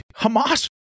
Hamas